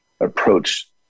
approach